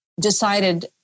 decided